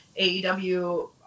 AEW